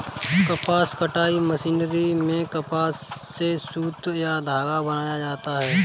कपास कताई मशीनरी में कपास से सुत या धागा बनाया जाता है